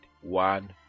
one